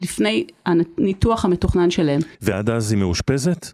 לפני הניתוח המתוכנן שלהם. ועד אז היא מאושפזת?